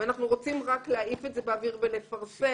ואנחנו רוצים רק להעיף את זה באוויר ולפרסם